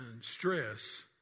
stress